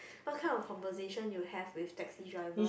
what kind of conversation you have with taxi driver